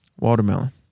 Watermelon